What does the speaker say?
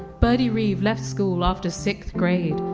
birdie reeve left school after sixth grade.